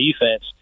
defense